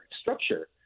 structure